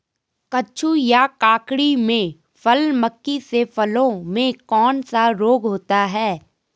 कद्दू या ककड़ी में फल मक्खी से फलों में कौन सा रोग होता है?